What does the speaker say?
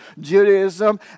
Judaism